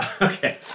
Okay